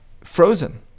frozen